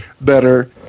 better